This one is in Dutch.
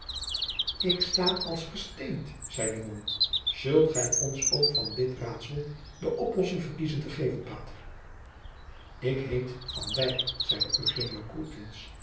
ik sta als versteend zeide mom zult gij ons ook van dit raadsel de oplossing verkiezen te geven pater